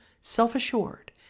self-assured